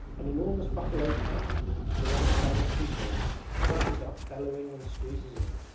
an enormous buffalo cow surrounded by mosquitoes rushes up bellowing and squeezes in.